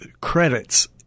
credits